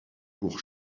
pour